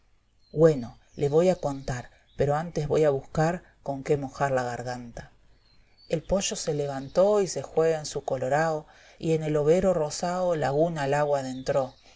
güeno le voy a contar pero antes voy a buscar con qué mojar la garganta el pollo se levantó y se jué en su colorao y en el overo rosao laguna al agua dentro